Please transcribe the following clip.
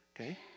okay